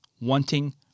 wanting